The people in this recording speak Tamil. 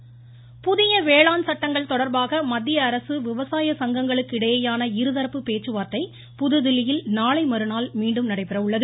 வேளாண் அமைச்சகம் புதிய வேளாண் சட்டங்கள் தொடர்பாக மத்திய அரசு விவசாய சங்கங்களுக்கு இடையேயான இருதரப்பு பேச்சுவார்த்தை புதுதில்லியில் நாளை மறுநாள் மீண்டும் நடைபெற உள்ளது